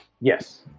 Yes